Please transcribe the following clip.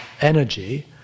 energy